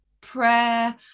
prayer